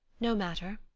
no matter.